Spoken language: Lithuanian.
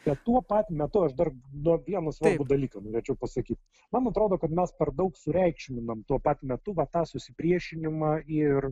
kad tuo pat metu aš dar na vieną dalyką norėčiau pasakyt man atrodo kad mes per daug sureikšminam tuo pat metu va tą susipriešinimą ir